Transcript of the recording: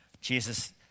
Jesus